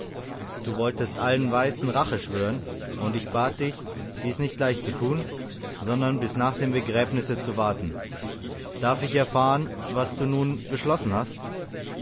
du wolltest allen weißen rache schwören und ich bat dich dies nicht gleich zu tun sondern bis nach dem begräbnisse zu warten darf ich erfahren was du nun beschlossen hast